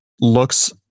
looks